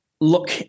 look